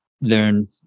learn